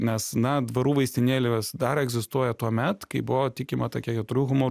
nes na dvarų vaistinėlės dar egzistuoja tuomet kai buvo tikima tokia jo trūkumu